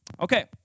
Okay